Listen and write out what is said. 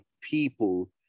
people